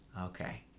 okay